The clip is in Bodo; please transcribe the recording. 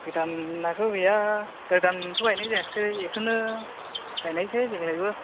गोदानाथ' गैया गोदानथ' गायनाय जायाखसै बेखौनो गायनायसै देग्लायबो